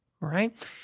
right